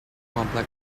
complex